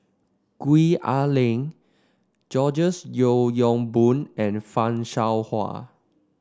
Gwee Ah Leng Georges Yeo Yong Boon and Fan Shao Hua